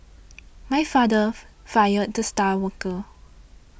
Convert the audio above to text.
my father fired the star worker